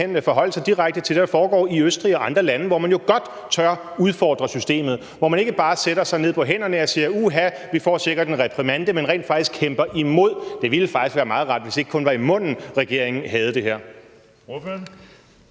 forholde sig direkte til, hvad der foregår i Østrig og andre lande, hvor man jo godt tør udfordre systemet, hvor man ikke bare sætter sig ned på hænderne og siger, at uha, vi får sikkert en reprimande, men rent faktisk kæmper imod. Det ville faktisk være meget rart, hvis det ikke kun var i munden, regeringen havde det her.